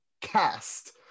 cast